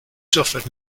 suffered